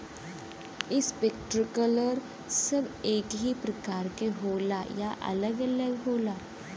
Sprinkler सब एकही प्रकार के होला या अलग अलग होला?